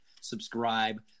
subscribe